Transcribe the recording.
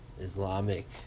Islamic